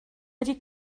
wedi